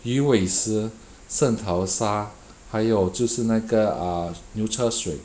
李卫室圣淘沙还有就是那个牛车水